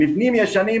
מבנים ישנים,